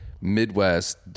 Midwest